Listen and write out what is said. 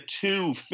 two